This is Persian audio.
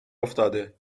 افتاده